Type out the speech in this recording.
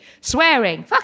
Swearing